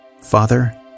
Father